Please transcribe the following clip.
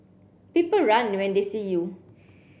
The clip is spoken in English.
people run when they see you